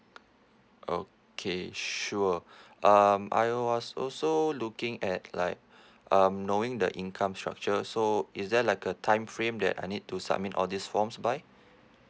okay sure um I was also looking at like um knowing the income structure so is there like a time frame that I need to submit all these forms by